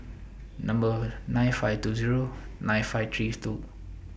Number nine five two Zero nine five three two